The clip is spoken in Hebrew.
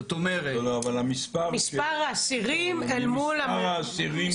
לא, לא, אבל המספר, במספר האסירים מדובר.